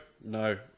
no